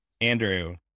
Andrew